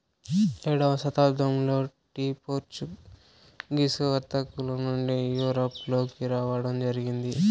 ఏడవ శతాబ్దంలో tea Portuguese వర్తకుల నుండి యూరప్ లోకి రావడం జరిగింది